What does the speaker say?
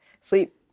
sleep